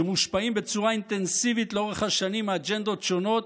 המושפעים בצורה אינטנסיבית לאורך השנים מאג'נדות שונות,